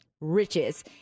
Riches